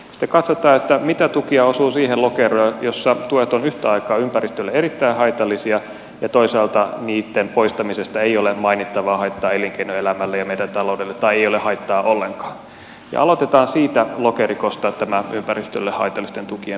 sitten katsotaan mitä tukia osuu siihen lokeroon jossa tuet ovat yhtä aikaa ympäristölle erittäin haitallisia ja toisaalta niitten poistamisesta ei ole mainittavaa haittaa elinkeinoelämälle ja meidän taloudellemme tai ei ole haittaa ollenkaan ja aloitetaan siitä lokerikosta tämä ympäristölle haitallisten tukien perkaaminen